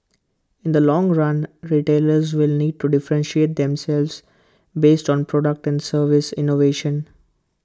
in the long run retailers will need to differentiate themselves based on product and service innovation